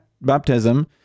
baptism